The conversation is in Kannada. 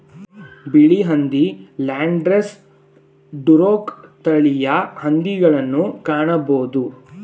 ಬಿಳಿ ಹಂದಿ, ಲ್ಯಾಂಡ್ಡ್ರೆಸ್, ಡುರೊಕ್ ತಳಿಯ ಹಂದಿಗಳನ್ನು ಕಾಣಬೋದು